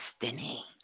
destiny